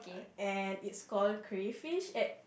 and it's called crayfish at